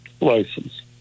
license